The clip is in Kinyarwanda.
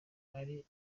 ari